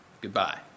Goodbye